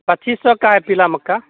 पच्चीस सौ का है पीला मक्का